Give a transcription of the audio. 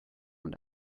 und